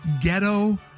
ghetto